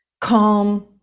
calm